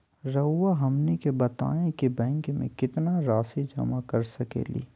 रहुआ हमनी के बताएं कि बैंक में कितना रासि जमा कर सके ली?